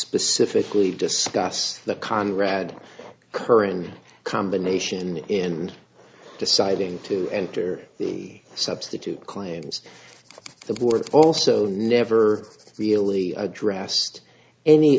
specifically discuss the conrad current combination in deciding to enter the substitute claims the board also never really addressed any